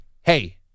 hey